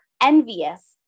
envious